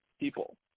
people